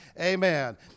Amen